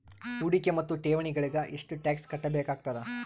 ಹೂಡಿಕೆ ಮತ್ತು ಠೇವಣಿಗಳಿಗ ಎಷ್ಟ ಟಾಕ್ಸ್ ಕಟ್ಟಬೇಕಾಗತದ?